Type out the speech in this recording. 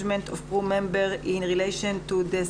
אני רוצה לציין דבר אחד שהוא מאוד חשוב.